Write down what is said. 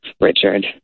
Richard